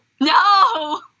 No